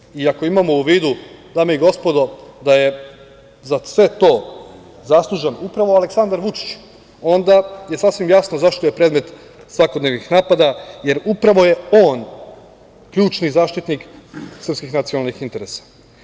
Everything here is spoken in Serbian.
Ako imamo u vidu, dame i gospodo, da je za sve to zaslužan upravo Aleksandar Vučić, onda je sasvim jasno zašto je predmet svakodnevnim napada, jer upravo je on ključni zaštitnik srpskih nacionalnih interesa.